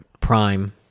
prime